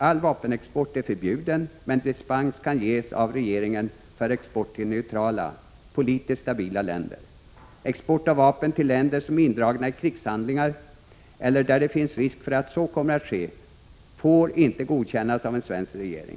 All vapenexport är förbjuden, men dispens kan ges av regeringen för export till neutrala, politiskt stabila länder. Export av vapen till länder som är indragna i krigshandlingar eller där det finns risk för att så kommer att ske får inte godkännas av en svensk regering.